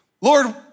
Lord